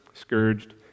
scourged